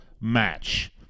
match